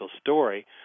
story